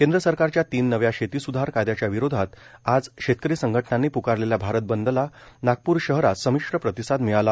केंद्र सरकारच्या तीन नव्या शेतीसूधार कायदयाच्या विरोधात आज शेतकरी संघटनांनी प्कारलेल्या भारत बंदला नागप्र शहरात संमिश्र प्रतिसाद मिळाला